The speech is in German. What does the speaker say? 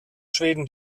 schweden